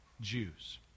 Jews